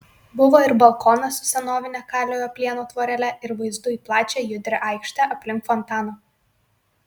buvo ir balkonas su senovine kaliojo plieno tvorele ir vaizdu į plačią judrią aikštę aplink fontaną